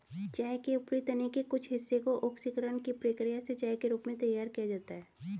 चाय के ऊपरी तने के कुछ हिस्से को ऑक्सीकरण की प्रक्रिया से चाय के रूप में तैयार किया जाता है